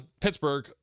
Pittsburgh